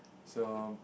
so